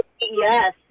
Yes